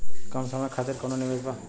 कम समय खातिर कौनो निवेश बा?